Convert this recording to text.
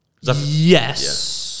Yes